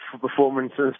performances